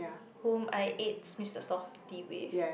whom I ate Mister softee with